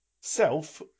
self